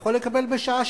יכול לקבל בשעה,